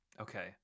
Okay